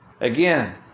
Again